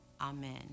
Amen